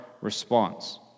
response